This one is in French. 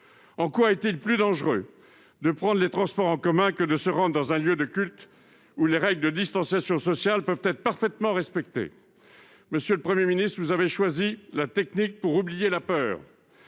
En quoi est-il plus dangereux de prendre les transports en commun que de se rendre dans un lieu de culte, où les règles de distanciation sociale peuvent être parfaitement respectées ? Monsieur le Premier ministre, vous avez choisi la technique pour oublier la peur,